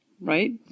Right